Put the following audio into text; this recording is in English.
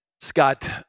Scott